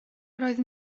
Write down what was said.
roedd